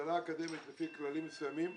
מכללה אקדמית לפי כללים מסוימים,